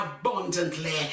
abundantly